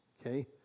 Okay